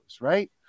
right